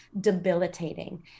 debilitating